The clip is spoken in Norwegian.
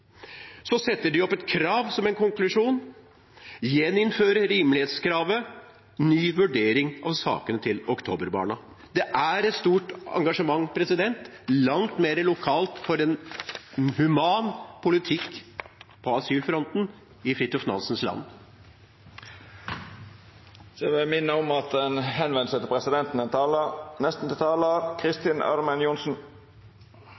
Så setter de opp et krav som en konklusjon: gjeninnføring av rimelighetskravet og ny vurdering av sakene til «oktoberbarna». Det er et stort engasjement lokalt for en human politikk på asylfronten i Fridtjof Nansens land. Jeg opplever ingen full konfrontasjon mellom Venstre, Høyre og Fremskrittspartiet, slik representanten Lauvås ironisk hevder at